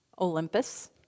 Olympus